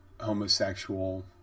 homosexual